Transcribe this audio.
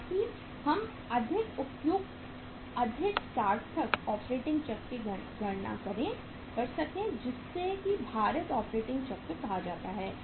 ताकि हम अधिक उपयुक्त अधिक सार्थक ऑपरेटिंग चक्र की गणना कर सकें जिसे भारित ऑपरेटिंग चक्र कहा जाता है